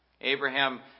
Abraham